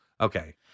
Okay